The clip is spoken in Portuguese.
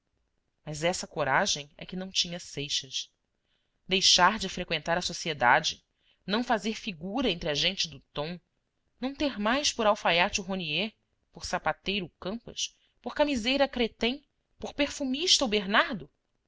mas essa coragem é que não tinha seixas deixar de freqüentar a sociedade não fazer figura entre a gente do tom não ter mais por alfaiate o raunier por sapateiro o campas por camiseira a cretten por perfumista o bernardo